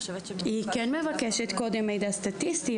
היא כן מבקשת קודם מידע סטטיסטי.